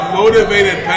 motivated